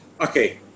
Okay